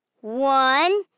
One